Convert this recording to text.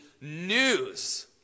news